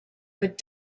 but